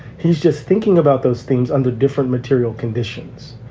he's just thinking about those things under different material conditions.